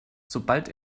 sobald